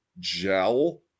gel